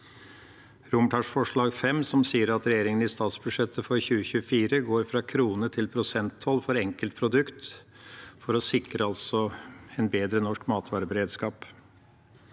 romertallsforslag V, som sier at regjeringa i statsbudsjettet for 2024 går fra kronetoll til prosenttoll for enkeltprodukt for å sikre en bedre norsk matvareberedskap.